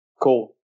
Cool